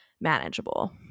manageable